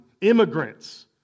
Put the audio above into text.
immigrants